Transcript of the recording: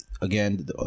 again